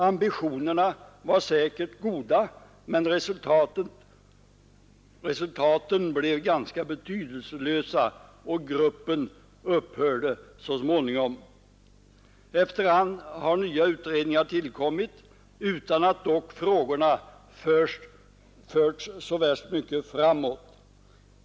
Ambitionerna var säkert goda, men resultaten blev ganska betydelselösa, och gruppen upphörde så småningom. Efter hand har nya utredningar tillkommit utan att dock frågorna förts så mycket framåt.